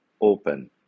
open